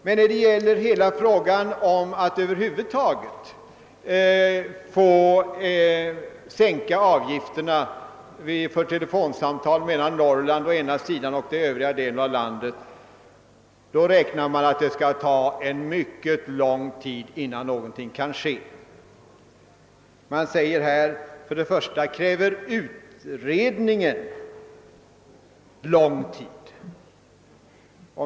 Men när det gäller frågan om att över huvud taget sänka avgifterna för telefonsamtal mellan Norrland och den övriga delen av landet räknar man med att det skall ta mycket lång tid innan någon ändring kan genomföras. Man säger att först och främst kräver utredningen lång tid.